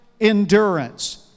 endurance